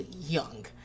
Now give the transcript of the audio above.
young